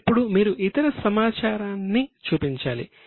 ఇప్పుడు మీరు ఇతర సమాచారాన్ని చూపించాలి